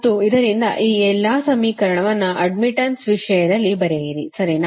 ಮತ್ತು ಇದರಿಂದ ಈ ಎಲ್ಲಾ ಸಮೀಕರಣವನ್ನು ಅಡ್ಡ್ ಮಿಟ್ಟನ್ಸ್ ವಿಷಯದಲ್ಲಿ ಬರೆಯಿರಿ ಸರಿನಾ